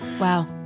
Wow